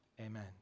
amen